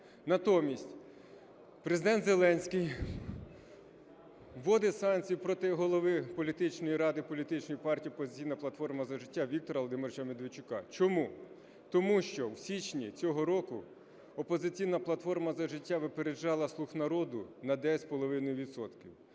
Натомість Президент Зеленський вводить санкції проти голови політичної ради політичної партії "Опозиційна платформа - За життя" Віктора Володимировича Медведчука. Чому? Тому що в січні цього року "Опозиційна платформа - За життя" випереджала "слуг народу" на 9,5 відсотка,